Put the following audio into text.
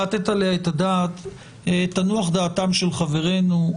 תנוח דעתם של חברינו,